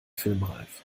filmreif